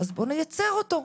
אז בואו נייצר אותו.